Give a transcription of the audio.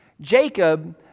Jacob